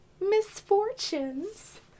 misfortunes